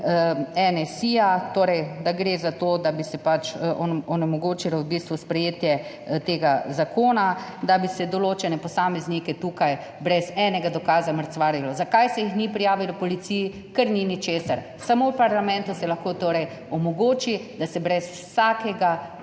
Da gre torej za to, da bi se pač onemogočilo v bistvu sprejetje tega zakona, da bi se določene posameznike tukaj brez enega dokaza mrcvarilo. Zakaj se jih ni prijavilo policiji? Ker ni ničesar. Samo v parlamentu se lahko torej omogoči, da se brez vsakega